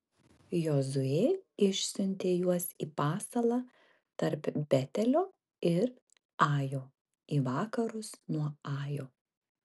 jozuė išsiuntė juos į pasalą tarp betelio ir ajo į vakarus nuo ajo